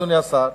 אדוני השר,